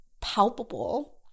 palpable